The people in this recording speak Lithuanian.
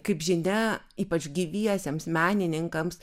kaip žinia ypač gyviesiems menininkams